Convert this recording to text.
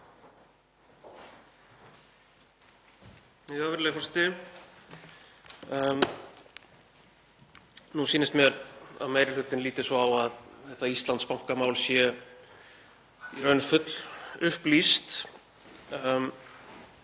þetta Íslandsbankamál sé í raun fullupplýst.